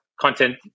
content